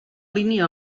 línia